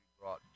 brought